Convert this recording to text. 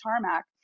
tarmac